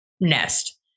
nest